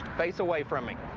face away from me.